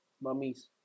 mummies